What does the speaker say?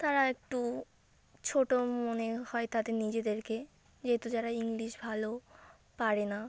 তারা একটু ছোটো মনে হয় তাদের নিজেদেরকে যেহেতু তারা ইংলিশ ভালো পারে না